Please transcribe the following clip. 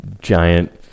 giant